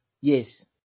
Yes